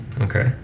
Okay